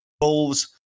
Bulls